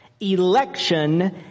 Election